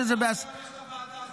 ----- לא, אבל אחרי זה הקמת ועדה.